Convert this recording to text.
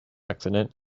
accident